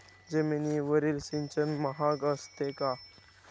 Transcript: जमिनीवरील सिंचन महाग असते का?